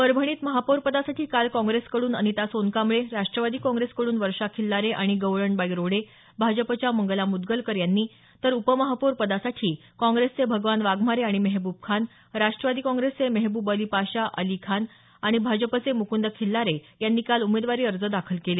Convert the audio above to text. परभणीत महापौर पदासाठी काल काँग्रेसकडून अनिता सोनकांबळे राष्ट्रवादी काँग्रेसकडून वर्षा खिल्लारे आणि गवळणबाई रोडे भाजपच्या मंगला मुद्रलकर यांनी तर उपमहापौर पदासाठी काँग्रेसचे भगवान वाघमारे आणि मेहबूब खान राष्ट्रवादी काँग्रेसचे मेहबूब अली पाशा अली खान आणि भाजपचे मुकुंद खिल्लारे यांनी काल उमेदवारी अर्ज दाखल केले